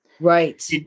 Right